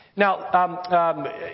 Now